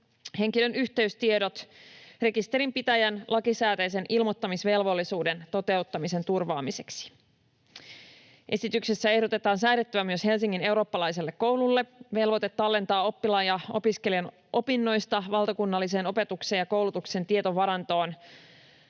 henkilön yhteystiedot rekisterinpitäjän lakisääteisen ilmoittamisvelvollisuuden toteuttamisen turvaamiseksi. Esityksessä ehdotetaan säädettävän myös Helsingin eurooppalaiselle koululle velvoite tallentaa oppilaan ja opiskelijan opinnoista valtakunnalliseen opetuksen ja koulutuksen tietovarantoon